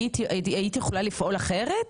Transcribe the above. היית יכולה לפעול אחרת?